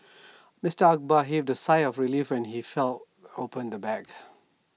Mister Akbar heaved A sigh of relief when he felt opened the bag